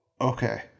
okay